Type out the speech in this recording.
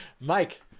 Mike